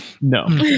No